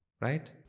right